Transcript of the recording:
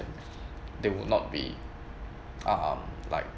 they would not be um like